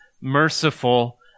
merciful